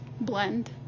blend